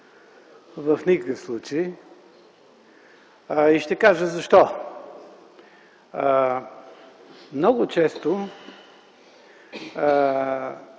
в никакъв случай и ще кажа защо. Много често